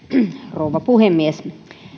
rouva puhemies